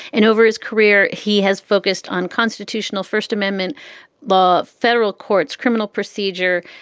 and over his career, he has focused on constitutional first amendment law. federal courts, criminal procedure.